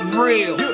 real